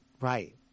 Right